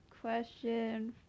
Question